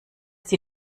die